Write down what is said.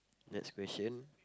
next question